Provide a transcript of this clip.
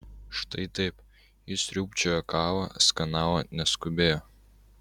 štai taip ji sriūbčiojo kavą skanavo neskubėjo